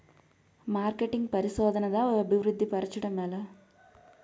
marketing పరిశోధనదా అభివృద్ధి పరచడం ఎలా